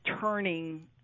turning